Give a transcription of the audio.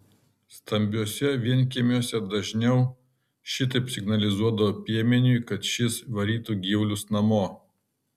stambiuose vienkiemiuose dažniau šitaip signalizuodavo piemeniui kad šis varytų gyvulius namo